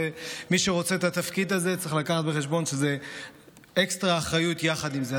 מי שרוצה את התפקיד הזה צריך לקחת בחשבון שזה אקסטרה אחריות יחד עם זה.